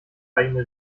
eigene